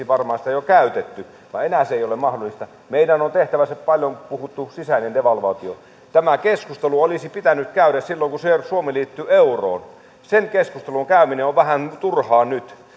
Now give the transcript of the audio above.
varmaan jo käyttäneet enää se ei ole mahdollista meidän on tehtävä se paljon puhuttu sisäinen devalvaatio tämä keskustelu olisi pitänyt käydä silloin kun suomi liittyi euroon sen keskustelun käyminen on vähän turhaa nyt